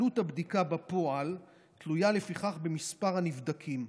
עלות הבדיקה בפועל תלויה לפיכך במספר הנבדקים.